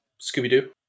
Scooby-Doo